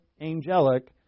angelic